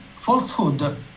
falsehood